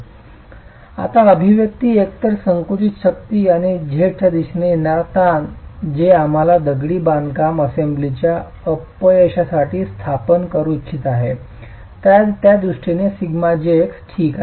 तर आता अभिव्यक्ती एकतर संकुचित शक्ती आणि z दिशेने येणारा ताण जे आम्हाला दगडी बांधकामा असेंब्लीच्या अपयशासाठी स्थापन करू इच्छित आहे त्या दृष्टीने σjx ठीक आहे